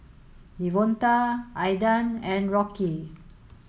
Devonta Aidan and Rocky